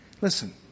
listen